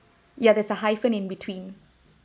yeah there is a hyphen in between